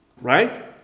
Right